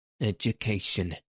Education